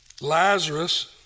Lazarus